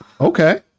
Okay